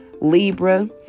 Libra